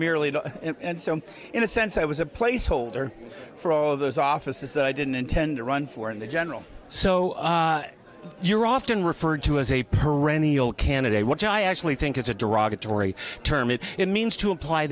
merely and so in a sense i was a placeholder for all of those offices that i didn't intend to run for in the general so you're often referred to as a perennial candidate what i actually think it's a derogatory term it means to imply